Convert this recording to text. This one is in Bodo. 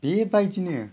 बेबायदिनो